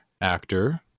actor